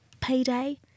payday